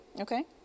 Okay